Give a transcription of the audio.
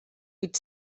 huit